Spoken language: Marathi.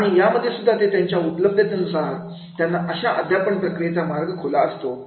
आणि यामध्ये सुद्धा त्यांच्या उपलब्धतेनुसार त्यांना अशा अध्यापन प्रक्रियेचा मार्ग खुला असतो